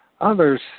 others